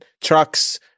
trucks